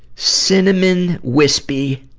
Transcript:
cinnamon-wispy,